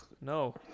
no